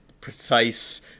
precise